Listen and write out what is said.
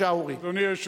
אנחנו ממשיכים,